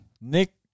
Nick